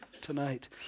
tonight